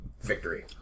Victory